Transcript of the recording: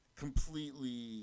completely